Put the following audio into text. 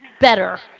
better